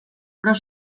però